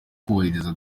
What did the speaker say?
kubahiriza